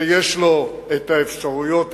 שיש לו האפשרויות התקציביות,